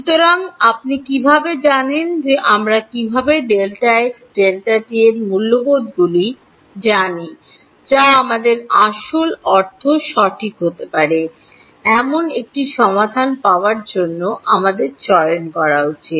সুতরাং আপনি কীভাবে জানেন যে আমরা কীভাবে Δx Δt এর মূল্যবোধগুলি জানি যা আমাদের আসল অর্থ সঠিক হতে পারে এমন একটি সমাধান পাওয়ার জন্য আমাদের চয়ন করা উচিত